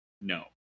no